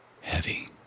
heavy